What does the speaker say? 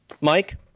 Mike